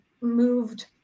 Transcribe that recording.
moved